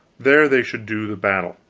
there they should do the battle.